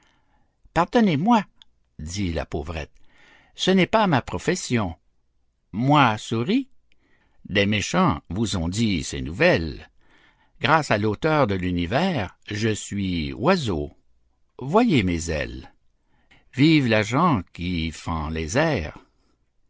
pardonnez-moi dit la pauvrette ce n'est pas ma profession moi souris des méchants vous ont dit ces nouvelles grâce à l'auteur de l'univers je suis oiseau voyez mes ailes vive la gent qui fend les airs